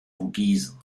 vogesen